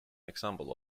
example